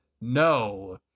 no